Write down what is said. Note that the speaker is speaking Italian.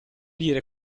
dire